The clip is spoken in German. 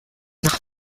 noch